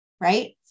right